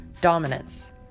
dominance